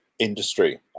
Industry